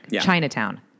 Chinatown